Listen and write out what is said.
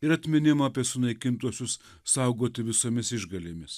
ir atminimą apie sunaikintuosius saugoti visomis išgalėmis